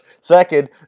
Second